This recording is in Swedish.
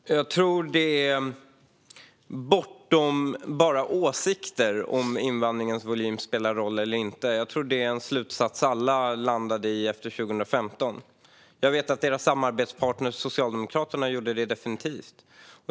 Fru talman! Jag tror att det är bortom endast åsikter om invandringens volym spelar roll eller inte. Det är nog en slutsats som alla landade i efter 2015. Jag vet att er samarbetspartner Socialdemokraterna definitivt gjorde det, Alireza Akhondi.